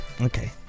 Okay